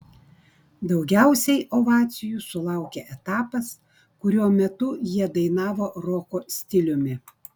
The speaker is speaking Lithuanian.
daugiausiai ovacijų sulaukė etapas kurio metu jie dainavo roko stiliumi